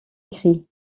cri